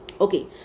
Okay